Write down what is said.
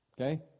Okay